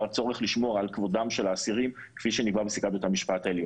הצורך לשמור על כבודם של האסירים כפי שנקבע בפסיקת בית המשפט העליון.